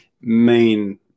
main